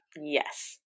Yes